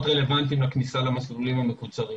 רלוונטיים לכניסה למסלולים המקוצרים.